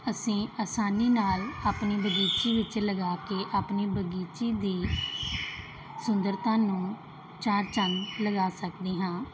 ਅਸੀਂ ਆਸਾਨੀ ਨਾਲ ਆਪਣੀ ਬਗੀਚੀ ਵਿੱਚ ਲਗਾ ਕੇ ਆਪਣੀ ਬਗੀਚੀ ਦੀ ਸੁੰਦਰਤਾ ਨੂੰ ਚਾਰ ਚੰਦ ਲਗਾ ਸਕਦੇ ਹਾਂ